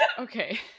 Okay